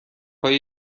های